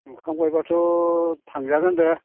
नुखांबायब्लाथ' थांजागोन दे